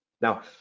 Now